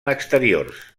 exteriors